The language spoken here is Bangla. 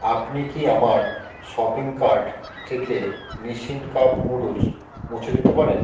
আপনি কি আমার শপিং কার্ট থেকে নিসিন কাপ নুডলস মুছে দিতে পারেন